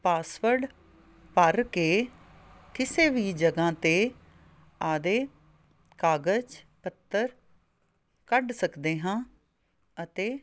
password ਭਰ ਕੇ ਕਿਸੇ ਵੀ ਜਗ੍ਹਾ 'ਤੇ ਆਪਦੇ ਕਾਗਜ਼ ਪੱਤਰ ਕੱਢ ਸਕਦੇ ਹਾਂ ਅਤੇ